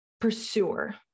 pursuer